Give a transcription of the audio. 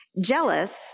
Jealous